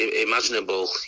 imaginable